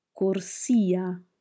corsia